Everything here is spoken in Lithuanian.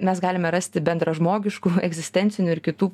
mes galime rasti bendražmogiškų egzistencinių ir kitų